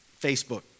Facebook